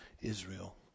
Israel